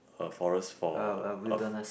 a forest for a